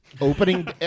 opening